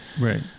right